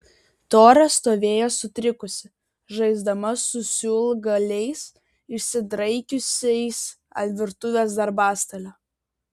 tora stovėjo sutrikusi žaisdama su siūlgaliais išsidraikiusiais ant virtuvės darbastalio